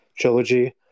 trilogy